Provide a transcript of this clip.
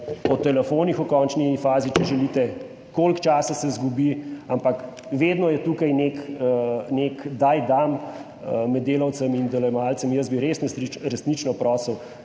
o telefonih, v končni fazi, če želite, koliko časa se izgubi, ampak vedno je tukaj nek "daj, dam" med delavcem in delojemalcem. Jaz bi res, resnično prosil,